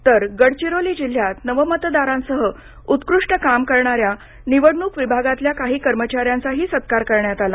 तर गडचिरोली जिल्ह्यात नवमतदारांसह उत्कृष्ट काम करणाऱ्या निवडणूक विभागातल्या काही कर्मचाऱ्यांचाही सत्कार करण्यात आला